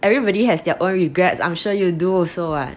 everybody has their own regrets I'm sure you do also [what]